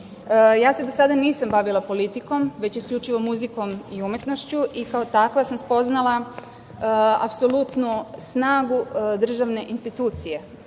se do sada nisam bavila politikom, već isključivo muzikom i umetnošću i kao takva sam spoznala apsolutno snagu državne institucije.